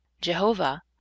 Jehovah